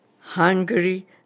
Hungary